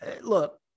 look